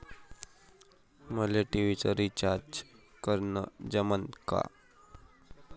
मले टी.व्ही चा रिचार्ज करन जमन का?